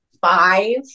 five